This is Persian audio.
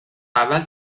اول